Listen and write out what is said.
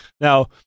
Now